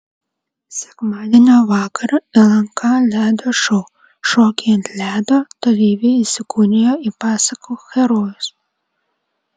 sekmadienio vakarą lnk ledo šou šokiai ant ledo dalyviai įsikūnijo į pasakų herojus